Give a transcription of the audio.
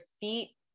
feet